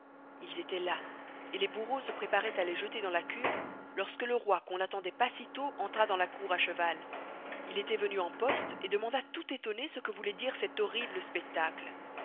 ils estoient là et les bourreaux se preparoient à les jetter dans la cuve lorsque le roi qu'on n'attendoit pas si tost entra dans la cour à cheval il estoit venu en poste et demanda tout estonné ce que vouloit dire cet horrible spectacle